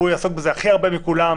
הוא יעסוק בזה הכי הרבה מכולם,